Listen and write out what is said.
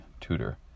Tudor